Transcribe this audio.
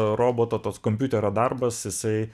robotas kompiuterio darbas jisai